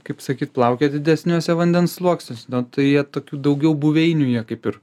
kaip sakyt plaukia didesniuose vandens sluoksniuose nu tai jie tokių daugiau buveinių jie kaip ir